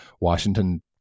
Washington